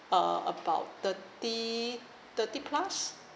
uh about thirty thirty plus